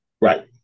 Right